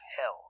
hell